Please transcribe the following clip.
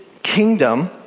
kingdom